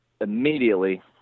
Immediately